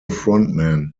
frontman